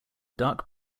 dark